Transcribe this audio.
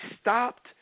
stopped